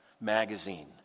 Magazine